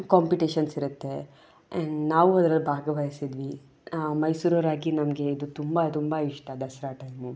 competitions ಇರುತ್ತೆ and ನಾವೂ ಅದ್ರಲ್ಲಿ ಭಾಗವಹಿಸಿದ್ವಿ ಮೈಸೂರವರಾಗಿ ನಮಗೆ ಇದು ತುಂಬ ತುಂಬ ಇಷ್ಟ ದಸರಾ ಟೈಮು